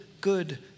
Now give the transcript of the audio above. good